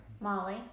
Molly